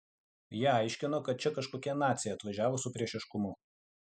jie aiškino kad čia kažkokie naciai atvažiavo su priešiškumu